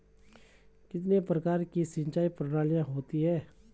कितने प्रकार की सिंचाई प्रणालियों होती हैं?